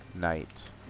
night